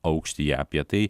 aukšty apie tai